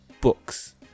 books